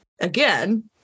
again